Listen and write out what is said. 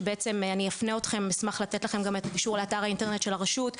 שאני אפנה אתכם ואשמח לתת לכם את הקישור לאתר האינטרנט של הרשות,